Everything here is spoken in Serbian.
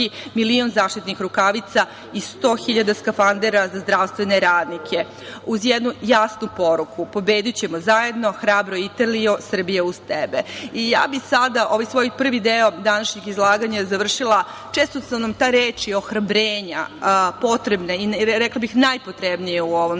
milion zaštitnih rukavica i 100 hiljada skafandera za zdravstvene radnike, uz jednu jasnu poruku – pobedićemo zajedno, hrabro Italijo, Srbija je uz tebe. Ja bih sada ovaj svoj prvi deo današnjeg izlaganja završila. Često su nam te reči ohrabrenja potrebne i rekla bih najpotrebnije u ovom